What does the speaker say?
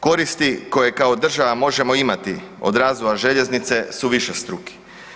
Koristi koje kao država možemo imati od razvoja željeznice su višestruki.